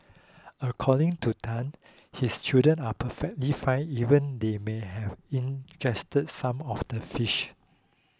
according to Tan his children are perfectly fine even though they may have ingested some of the fish